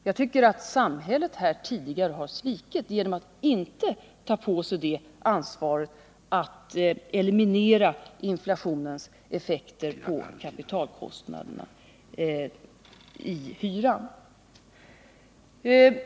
Jag tycker att samhället tidigare har svikit genom att inte ta på sig ansvaret att eliminera inflationens effekter på kapitalkostnaderna i hyran.